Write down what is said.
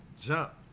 jump